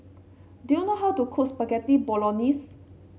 do you know how to cook Spaghetti Bolognese